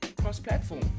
cross-platform